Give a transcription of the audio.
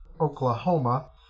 oklahoma